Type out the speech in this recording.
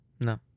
No